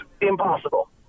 impossible